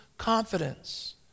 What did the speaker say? Confidence